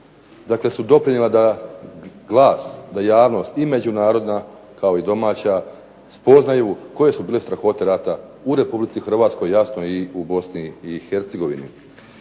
dakle su doprinijeli da glas, da javnost i međunarodna kao i domaća spoznaju koje su bile strahote rata u Republici Hrvatskoj, jasno i u Bosni i Hercegovini.